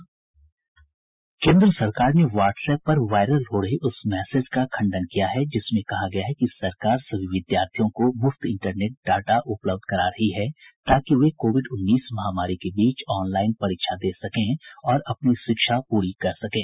केन्द्र सरकार ने वाट्सएप पर वायरल हो रहे उस मैसेज का खंडन किया है जिसमें कहा गया है कि सरकार सभी विद्यार्थियों को मुफ्त इंटरनेट डेटा उपलब्ध करा रही है ताकि वे कोविड उन्नीस महामारी के बीच आनलाइन परीक्षा दे सकें और अपनी शिक्षा पूरी कर सकें